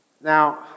Now